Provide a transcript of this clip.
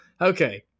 Okay